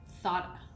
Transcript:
thought